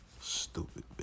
stupid